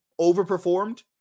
overperformed